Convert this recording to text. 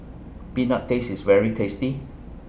Peanut Paste IS very tasty